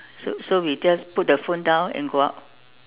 so so we just put the phone down and go out